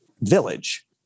village